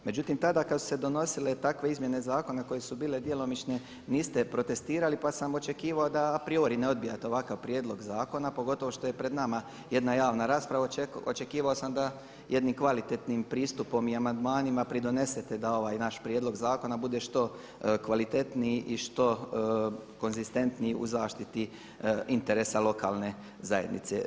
Međutim, tada kada su se donosile takve izmjene zakona koje su bile djelomične niste protestirali pa sam očekivao da a priori ne odbijate ovakav prijedlog zakona pogotovo što je pred nama jedna javna rasprava, očekivao sam da jednim kvalitetnim pristupom i amandmanima pridonesete da ovaj naš prijedlog zakona bude što kvalitetniji i što konzistentniji u zaštiti interesa lokalne zajednice.